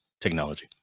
technology